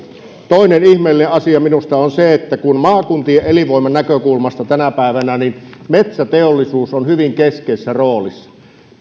toinen ihmeellinen asia minusta on se että kun maakuntien elinvoiman näkökulmasta tänä päivänä metsäteollisuus on hyvin keskeisessä roolissa niin